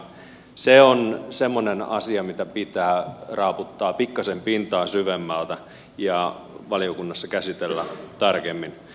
se on semmoinen asia mitä pitää raaputtaa pikkasen pintaa syvemmältä ja valiokunnassa käsitellä tarkemmin